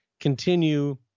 continue